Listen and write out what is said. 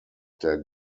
der